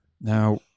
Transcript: Now